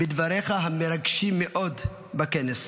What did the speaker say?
בדבריך המרגשים מאוד בכנס.